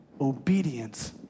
obedience